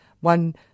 one